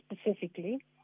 specifically